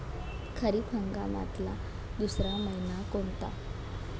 खरीप हंगामातला दुसरा मइना कोनता?